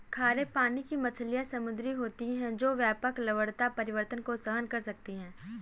खारे पानी की मछलियाँ समुद्री होती हैं जो व्यापक लवणता परिवर्तन को सहन कर सकती हैं